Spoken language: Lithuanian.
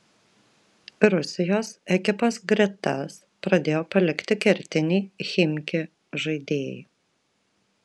rusijos ekipos gretas pradėjo palikti kertiniai chimki žaidėjai